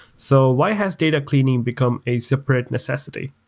so why has data cleaning become a separate necessity?